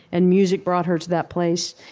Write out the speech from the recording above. and music brought her to that place.